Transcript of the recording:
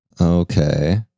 Okay